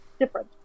different